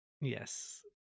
yes